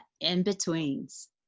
in-betweens